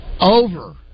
Over